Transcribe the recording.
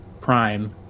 prime